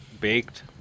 baked